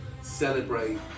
celebrate